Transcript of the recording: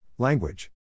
Language